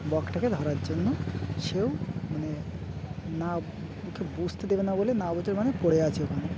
বকটাকে ধরার জন্য সেও মানে না কে বুঝতে দেবে না বলে না বছর মানে পড়ে আছে ওখানে